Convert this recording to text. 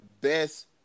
best